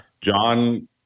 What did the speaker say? John